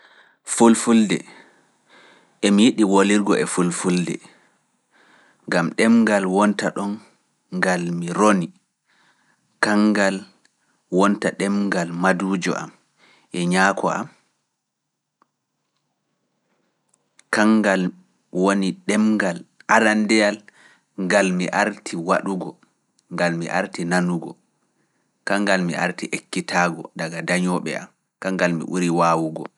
Fulfulde, emi yiɗi woolirgo e fulfulde, gam ɗemngal wonta ɗemngal mi roni, kanngal mi arti ekkitaago daga dañooɓe am, kanngal mi ɓuri waawugo.